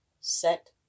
set